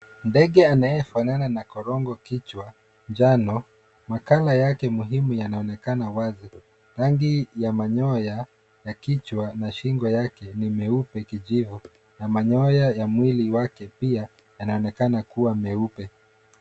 Ndege anayefanana na korongo kichwa njano, makala yake muhimu yanaonekana wazi. Rangi ya manyoya ya kichwa na shingo yake ni meupe kijivu na manyoya ya mwili wake pia yanaonekana kuwa meupe.